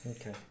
okay